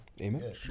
Amen